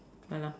yeah lah